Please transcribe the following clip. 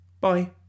Bye